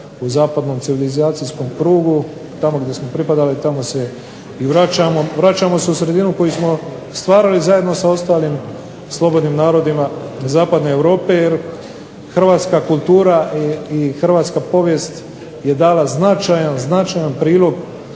u zapadnom civilizacijskom krugu, tamo gdje smo pripadali, tamo se i vraćamo. Vraćamo se u sredinu koju smo stvarali zajedno sa ostalim slobodnim narodima Zapadne Europe. Jer hrvatska kultura i hrvatska povijest je dala značajan, značajan prilog